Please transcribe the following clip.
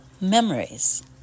memories